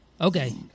okay